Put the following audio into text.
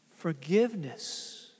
Forgiveness